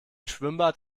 schwimmbad